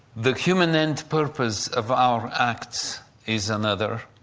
the human end purpose of our acts is another,